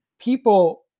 people